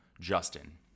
Justin